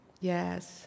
Yes